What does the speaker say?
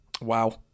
Wow